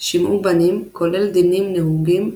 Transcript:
שמעו בנים – כולל דינים נהוגים,